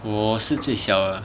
我是最小的